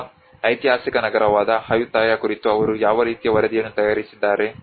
ಅಥವಾ ಐತಿಹಾಸಿಕ ನಗರವಾದ ಆಯುತ್ತಯ ಕುರಿತು ಅವರು ಯಾವ ರೀತಿಯ ವರದಿಯನ್ನು ತಯಾರಿಸಿದ್ದಾರೆ